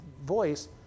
voice